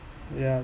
yeah